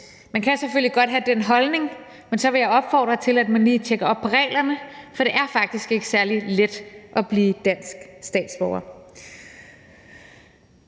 Man kan selvfølgelig godt have den holdning, men så vil jeg opfordre til, at man lige tjekker op på reglerne, for det er faktisk ikke særlig let at blive dansk statsborger.